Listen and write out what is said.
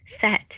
set